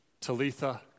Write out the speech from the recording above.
Talitha